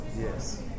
Yes